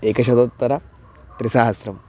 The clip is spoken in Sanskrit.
एकशतोत्तरत्रिसहस्रम्